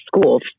schools